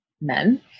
men